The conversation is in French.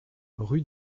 rue